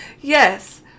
Yes